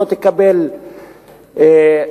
שלא תקבל כסף